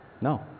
No